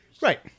Right